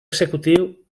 executiu